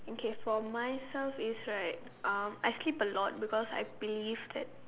okay for myself is right um I sleep a lot because I believe that